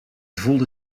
voelde